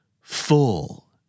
Full